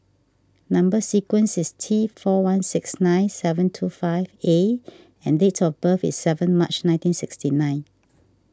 Number Sequence is T four one six nine seven two five A and date of birth is seven March nineteen sixty nine